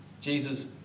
Jesus